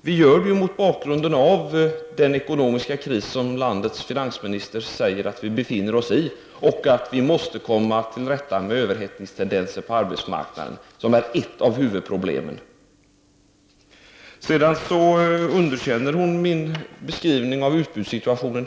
Vi gör det mot bakgrunden av den ekonomiska kris som landets finansminister säger att vi befinner oss i och mot bakgrund av att vi måste komma till rätta med de överhettningstendenser på arbetsmarknaden som är ett av huvudproblemen. Mona Sahlin underkänner vidare min beskrivning av utbudssituationen.